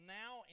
now